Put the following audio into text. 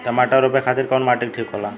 टमाटर रोपे खातीर कउन माटी ठीक होला?